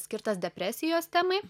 skirtas depresijos temai